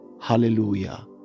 Hallelujah